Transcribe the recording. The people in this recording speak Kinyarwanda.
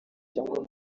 cyangwa